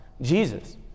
Jesus